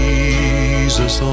Jesus